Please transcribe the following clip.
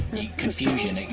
the confusion.